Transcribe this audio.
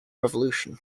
revolution